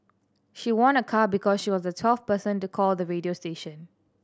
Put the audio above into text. she won a car because she was the twelfth person to call the radio station